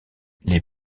les